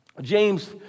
James